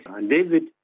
David